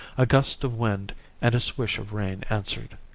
a gust of wind and a swish of rain answered.